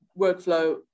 workflow